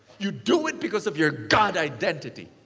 you do it because of your god identity.